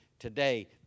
Today